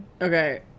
Okay